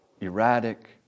erratic